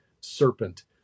serpent